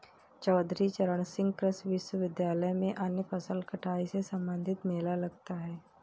चौधरी चरण सिंह कृषि विश्वविद्यालय में अन्य फसल कटाई से संबंधित मेला लगता है